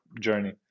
journey